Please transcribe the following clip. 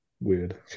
weird